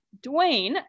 Dwayne